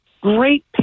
Great